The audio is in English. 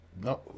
No